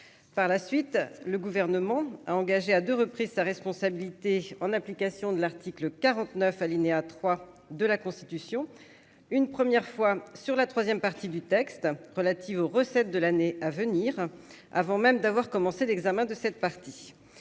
par la suite, le gouvernement a engagé à 2 reprises sa responsabilité, en application de l'article 49 alinéa 3 de la Constitution, une première fois sur la 3ème partie du texte relative aux recettes de l'année à venir avant même d'avoir commencé l'examen de cette partie